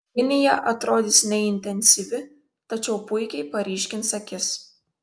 linija atrodys neintensyvi tačiau puikiai paryškins akis